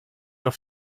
auf